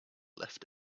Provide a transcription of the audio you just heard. left